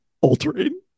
altering